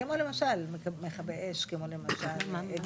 כמו למשל מכבי אש, כמו למשל אגד.